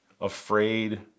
afraid